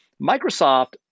Microsoft-